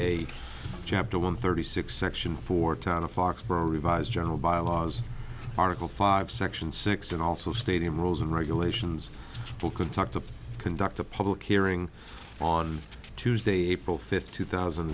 a chapter one thirty six section four town of foxborough revised general bylaws article five section six and also stadium rules and regulations for could talk to conduct a public hearing on tuesday april fifth two thousand